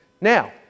Now